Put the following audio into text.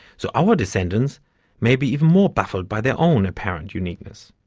so our descendants may be even more baffled by their own apparent uniqueness.